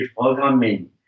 programming